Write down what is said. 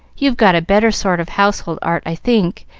you've got a better sort of household art, i think,